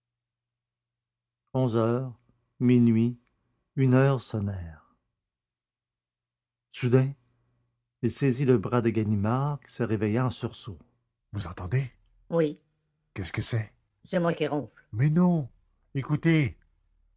onze heures minuit une heure sonnèrent soudain il saisit le bras de ganimard qui se réveilla en sursaut vous entendez oui qu'est-ce que c'est c'est moi qui ronfle mais non écoutez